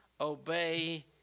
obey